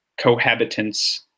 cohabitants